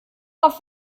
auf